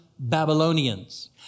Babylonians